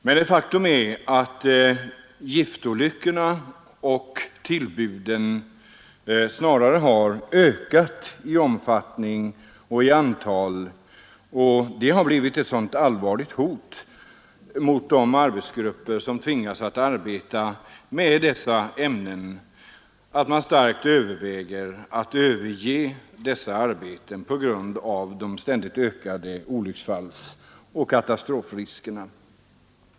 Men ett faktum är att giftolyckorna och tillbuden snarare har ökat i omfattning och antal och att detta har blivit ett så allvarligt hot mot de arbetargrupper som tvingas att arbeta med dessa ämnen att man starkt överväger att överge sådana arbeten på grund av de ständigt ökade olycksfallsoch katastrofriskerna.